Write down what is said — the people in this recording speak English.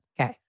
Okay